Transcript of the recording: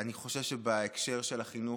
אני חושב שבהקשר של החינוך,